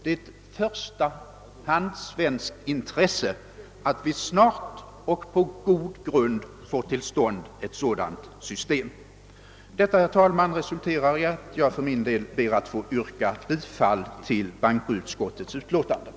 Det är ett förstahandsintresse för Sverige att vi snart och på fast grund får till stånd ett sådant system. Denna uppfattning, herr talman, resulterar i att jag för min del ber att få yrka bifall till bankoutskottets hemställan.